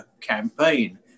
campaign